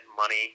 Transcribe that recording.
money